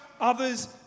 others